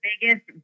biggest